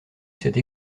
cette